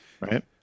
Right